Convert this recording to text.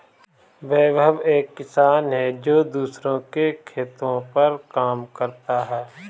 विभव एक किसान है जो दूसरों के खेतो पर काम करता है